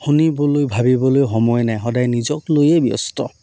শুনিবলৈ ভাবিবলৈ সময় নাই সদায় নিজক লৈয়ে ব্যস্ত